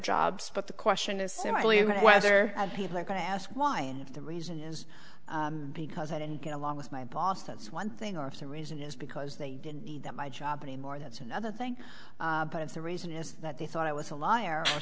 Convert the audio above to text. jobs but the question is simply whether people are going to ask why and if the reason is because i didn't get along with my boss that's one thing or if the reason is because they didn't need that my job anymore that's another thing but it's the reason is that they thought i was a law or